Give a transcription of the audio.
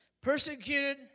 Persecuted